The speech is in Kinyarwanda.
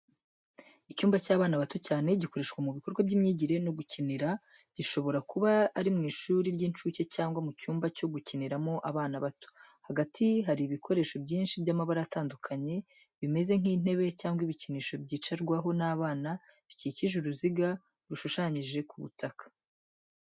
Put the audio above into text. Icyumba cy’abana bato cyane gikoreshwa mu bikorwa by’imyigire no gukinira, gishobora kuba ari mu ishuri ry’incuke cyangwa mu cyumba cyo gukiniramo abana bato. Hagati hari ibikoresho byinshi by’amabara atandukanye bimeze nk’intebe cyangwa ibikinisho bicarwaho n’abana bikikije uruziga rushushanyije ku butaka.